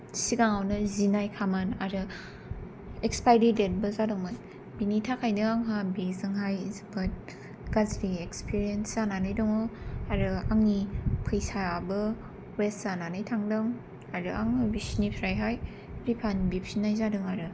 सिगाङावनो जिनायखामोन आरो एक्सपायरि देतबो जादोंमोन बिनि थाखायनो आंहा बेजोंहाय जोबोद गाज्रि एक्सपिरियेन्स जानानै दङ आरो आंनि फैसाबो वेस्त जानानै थांदों आरो आङो बिसोरनिफ्रायहाय रिफान्द बिफिन्नाय जादों आरो